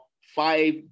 five